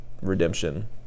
redemption